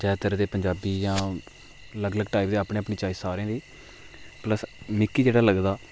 ज्यादातर ते पंजाबी जा अलग अलग टाइप दे अपने अपनी चाइस ऐ सारे दी पल्स मिकी जेहडा लगदा